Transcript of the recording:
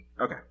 okay